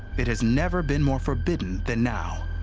it has never been more forbidden than now.